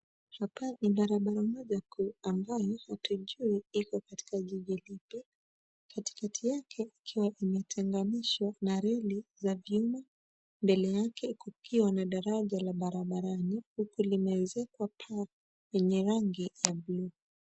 Hapa ni barabara moja kuu, ambayo utajua iko katika jiji lipi. Katikati yake ikiwa limetenganishwa na reli za vyuma mbele yake kukiwa na daraja la barabarani, huku limeezekwa paa lenye rangi ya blue .